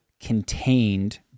contained